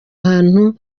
ahantu